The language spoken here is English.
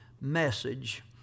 message